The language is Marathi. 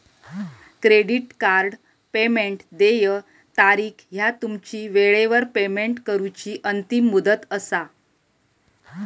क्रेडिट कार्ड पेमेंट देय तारीख ह्या तुमची वेळेवर पेमेंट करूची अंतिम मुदत असा